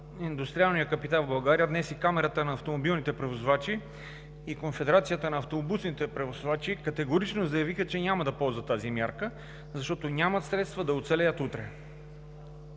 индустриалния капитал в България, днес и Камарата на автомобилните превозвачи и Конфедерацията на автобусните превозвачи категорично заявиха, че няма да ползват тази мярка, защото нямат средства да оцелеят утре.